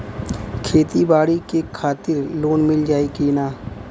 खेती बाडी के खातिर लोन मिल जाई किना?